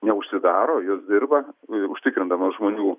neužsidaro jos dirba ir užtikrindamas žmonių